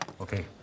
Okay